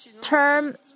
term